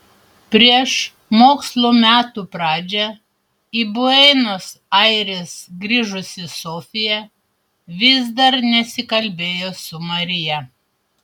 prieš mokslo metų pradžią į buenos aires grįžusi sofija vis dar nesikalbėjo su marija